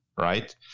right